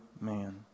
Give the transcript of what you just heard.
man